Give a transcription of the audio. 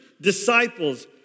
disciples